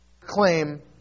claim